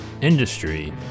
industry